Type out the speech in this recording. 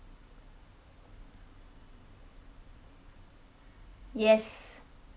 yes